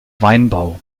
weinbau